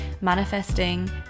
manifesting